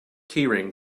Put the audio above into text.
keyring